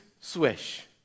Swish